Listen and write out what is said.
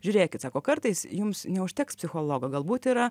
žiūrėkit sako kartais jums neužteks psichologo galbūt yra